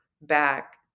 back